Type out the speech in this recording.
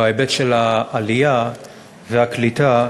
בהיבט של העלייה והקליטה,